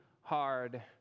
hard